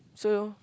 so